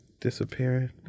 disappearing